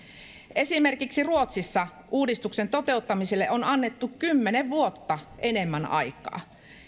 esimerkiksi ruotsissa uudistuksen toteuttamiselle on annettu kymmenen vuotta enemmän aikaa